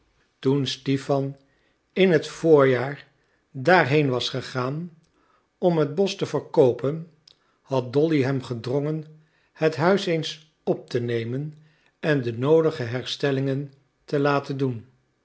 toen stipan in het voorjaar daarheen was gegaan om het bosch te verkoopen had dolly hem gedrongen het huis eens op te nemen en de noodige herstellingen te laten doen